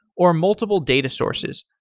or multiple data sources.